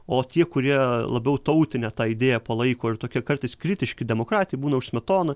o tie kurie labiau tautinę tą idėją palaiko ir tokie kartais kritiški demokratijai būna už smetoną